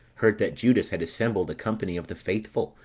heard that judas had assembled a company of the faithful,